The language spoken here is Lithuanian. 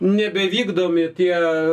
nebevykdomi tie